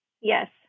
Yes